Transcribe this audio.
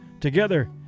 Together